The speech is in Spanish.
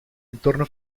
entorno